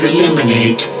Eliminate